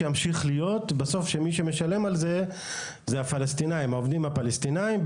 שימשיך להיות שבסוף מי שמשלם על זה הם העובדים הפלסטינים.